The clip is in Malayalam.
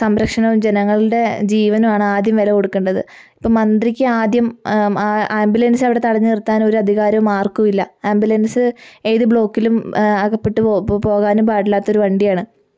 സംരക്ഷണവും ജനങ്ങളുടെ ജീവനുമാണ് ആദ്യം വില കൊടുക്കേണ്ടത് ഇപ്പം മന്ത്രിക്ക് ആദ്യം ആംബുലൻസ് അവിടെ തടഞ്ഞു നിർത്താൻ ഒരധികാരവും ആർക്കുമില്ല ആംബുലൻസ് ഏതു ബ്ലോക്കിലും അകപ്പെട്ട് പോ പോകാനും പാടില്ലാത്തൊരു വണ്ടിയാണ്